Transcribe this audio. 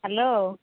hello